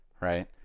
right